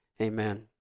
Amen